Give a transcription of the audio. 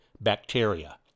bacteria